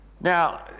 Now